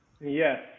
yes